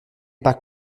pas